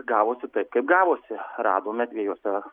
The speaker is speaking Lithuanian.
gavosi taip kaip gavosi radome dviejose